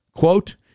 Quote